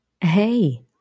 Hey